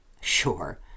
sure